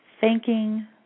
thanking